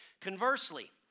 Conversely